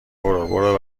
برو، برو